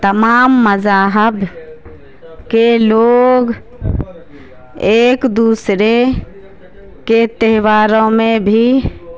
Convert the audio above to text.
تمام مذاہب کے لوگ ایک دوسرے کے تہواروں میں بھی